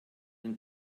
den